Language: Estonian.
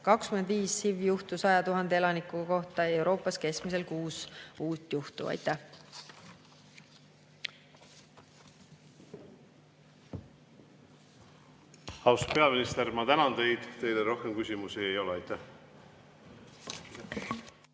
25 HIV-juhtu 100 000 elaniku kohta, Euroopas keskmiselt kuus uut juhtu. Aitäh! Austatud peaminister, ma tänan teid. Teile rohkem küsimusi ei ole. Aitäh!